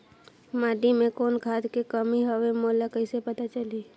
माटी मे कौन खाद के कमी हवे मोला कइसे पता चलही?